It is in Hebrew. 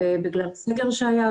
בגלל הסגר שהיה,